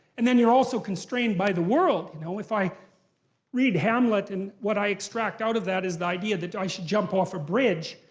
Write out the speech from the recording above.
and then you're also constrained by the world. you know if i read hamlet and what i extract out of that is the idea that i should jump off a bridge,